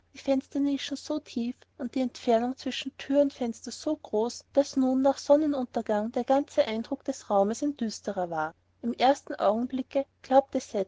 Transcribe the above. die fensternischen so tief und die entfernung zwischen thür und fenster so groß daß nun nach sonnenuntergang der ganze eindruck des raumes ein düsterer war im ersten augenblicke glaubte